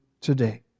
today